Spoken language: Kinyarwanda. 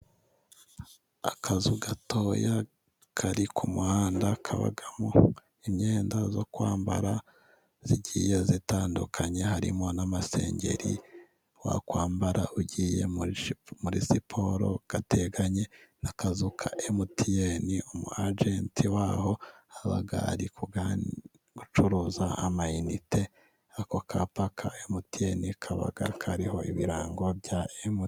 Akazu gatoya kari ku muhanda kabamo imyenda yo kwambara, igiye itandukanye harimo n'amasengeri wakwambara ugiye muri siporo, gateganye n'akazu ka emutiyene umu ajenti waho aba ari gucuruza amayinite, ako kapa ka emutiyene kaba kariho ibirango bya emu.....